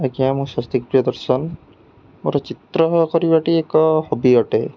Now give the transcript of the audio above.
ଆଜ୍ଞା ମୁଁ ସ୍ଵସ୍ତିକ୍ ପ୍ରିୟଦର୍ଶନ ମୋର ଚିତ୍ର କରିବାଟି ଏକ ହବି ଅଟେ